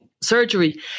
surgery